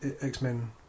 X-Men